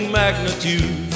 magnitude